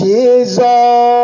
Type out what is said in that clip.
Jesus